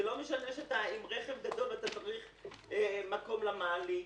לא משנה שאתה עם רכב גדול ואתה צריך מקום למעלית.